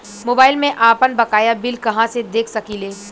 Mobile में आपनबकाया bill कहाँसे देख सकिले?